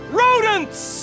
rodents